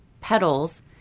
petals